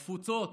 התפוצות,